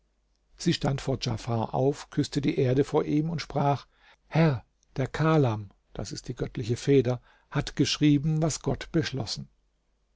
sie stand vor djafar auf küßte die erde vor ihm und sprach herr der kalam göttliche feder hat geschrieben was gott beschlossen